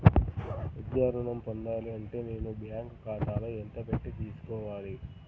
విద్యా ఋణం పొందాలి అంటే నేను బ్యాంకు ఖాతాలో ఎంత పెట్టి తీసుకోవాలి?